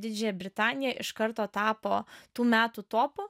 didžiąją britaniją iš karto tapo tų metų topu